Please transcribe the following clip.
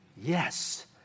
Yes